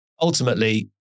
Ultimately